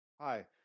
Hi